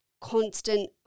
constant